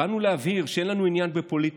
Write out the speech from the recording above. באנו להבהיר שאין לנו עניין בפוליטיקה.